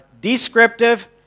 descriptive